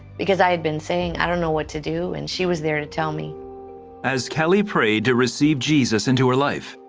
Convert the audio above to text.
because i had been saying i don't know what to do, and she was there to tell me. reporter as kelly prayed to receive jesus into her life,